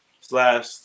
slash